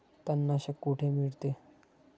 तणनाशक कुठे मिळते?